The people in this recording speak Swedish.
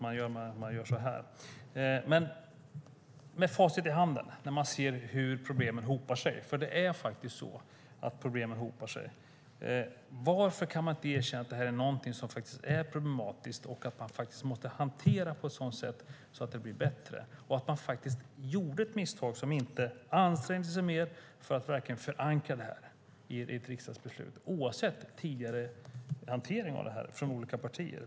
Med facit i hand och när man ser hur problemen hopar sig - för det är faktiskt så att problemen hopar sig - undrar jag dock varför man inte kan erkänna att det här är någonting som är problematiskt, att man måste hantera det på ett sådant sätt att det blir bättre och att man faktiskt gjorde ett misstag som inte ansträngde sig mer för att verkligen förankra det i ett riksdagsbeslut. Det gäller oavsett tidigare hantering av detta från olika partier.